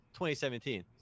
2017